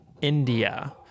india